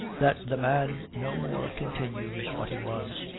that the man no more continues what he was.